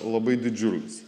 labai didžiulis